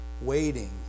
waiting